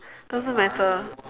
doesn't matter